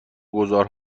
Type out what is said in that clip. گذار